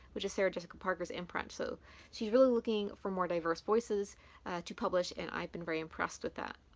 which is sarah jessica parker's imprint. so she's really looking for more diverse voices to publish, and i've been very impressed with that.